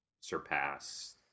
surpass